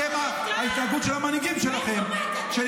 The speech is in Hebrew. ההתנהגות של המנהיגים שלכם, מאיפה באת?